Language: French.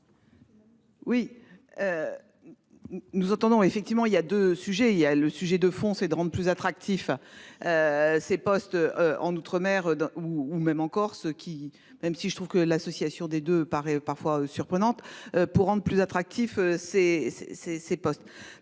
Oui. Nous attendons effectivement il y a 2 sujets il y a le sujet de fond c'est de rendre plus attractif. Ces postes en Outre-mer ou même en Corse, qui même si je trouve que l'association des deux paraît parfois surprenantes pour rendre plus attractif ces ces